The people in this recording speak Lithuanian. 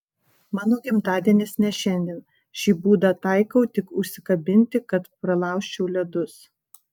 mano gimtadienis ne šiandien šį būdą taikau tik užsikabinti kad pralaužčiau ledus